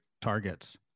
targets